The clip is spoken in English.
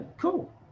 cool